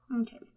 Okay